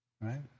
Right